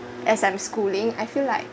as I'm schooling I feel like